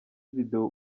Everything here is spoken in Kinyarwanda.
video